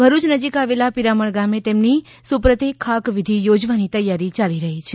ભરૂચ નજીક આવેલા પિરામણ ગામે તેમની સુપ્રતે ખાક વિઘિ યોજવાની તૈયારી યાલી રહી છે